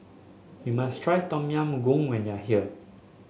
you must try Tom Yam Goong when you are here